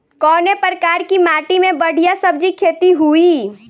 कवने प्रकार की माटी में बढ़िया सब्जी खेती हुई?